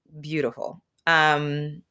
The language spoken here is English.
beautiful